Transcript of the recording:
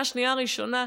מהשנייה הראשונה,